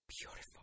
beautiful